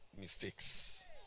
mistakes